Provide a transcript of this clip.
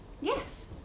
Yes